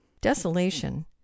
desolation